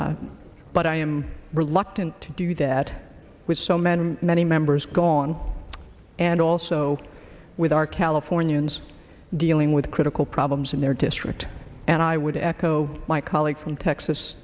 program but i am reluctant to do that with so many many members gone and also with our californians dealing with critical problems in their district and i would echo my colleague from texas